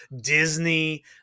Disney